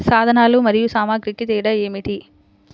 సాధనాలు మరియు సామాగ్రికి తేడా ఏమిటి?